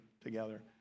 together